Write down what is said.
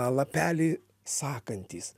lapelį sakantys